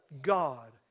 God